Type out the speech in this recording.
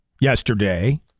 yesterday